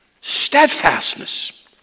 Steadfastness